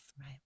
right